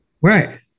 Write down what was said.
Right